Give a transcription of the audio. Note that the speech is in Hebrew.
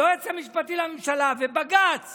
היועץ המשפטי לממשלה ובג"ץ